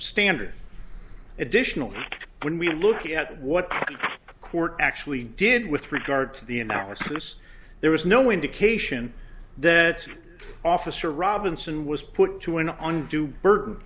standard additionally when we look at what the court actually did with regard to the analysis there was no indication that officer robinson was put to an undue bur